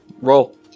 Roll